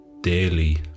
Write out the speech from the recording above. daily